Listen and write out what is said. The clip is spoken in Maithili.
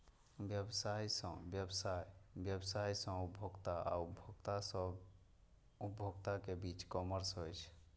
व्यवसाय सं व्यवसाय, व्यवसाय सं उपभोक्ता आ उपभोक्ता सं उपभोक्ता के बीच ई कॉमर्स होइ छै